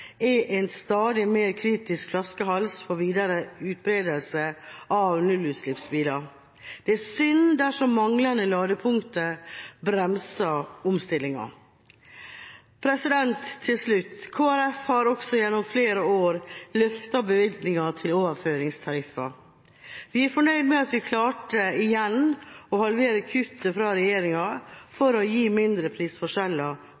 er en stadig mer kritisk flaskehals for videre utbredelse av nullutslippsbiler. Det er synd dersom manglende ladepunkter bremser omstillinga. Til slutt: Kristelig Folkeparti har gjennom flere år løftet bevilgninga til overføringstariffer. Vi er fornøyd med at vi klarte – igjen – å halvere kuttet fra regjeringa for å gi mindre prisforskjeller